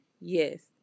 Yes